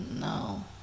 No